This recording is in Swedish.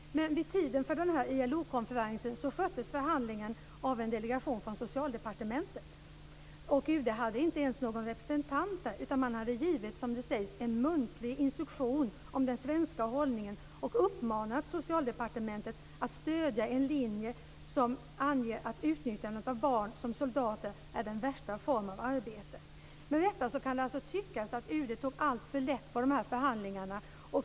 Men vid tiden för den här ILO-konferensen sköttes förhandlingen av en delegation från Socialdepartementet, och UD hade inte ens någon representant där. UD hade givit en muntlig instruktion om den svenska hållningen och uppmanat Socialdepartementet att stödja en linje som anger att utnyttjandet av barn som soldater är den värsta formen av arbete. Med detta kan det tyckas att UD tog alltför lätt på förhandlingarna.